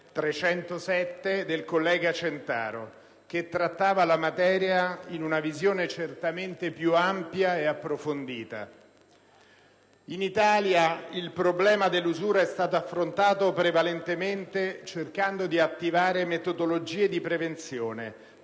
307 del collega Centaro, che trattava la materia in una visione certamente più ampia e approfondita. In Italia il problema dell'usura è stato affrontato prevalentemente cercando di attivare metodologie di prevenzione,